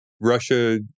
Russia